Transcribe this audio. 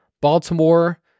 Baltimore